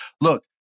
look